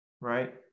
Right